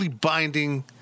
binding